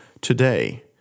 today